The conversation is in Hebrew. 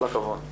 כל הכבוד.